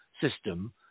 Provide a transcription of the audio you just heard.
System